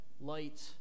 light